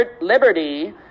liberty